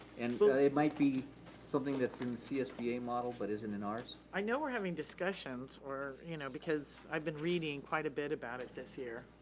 and but ah it might be something that's in csba model but isn't in ours. i know we're having discussions you know because i've been reading quite a bit about it this year.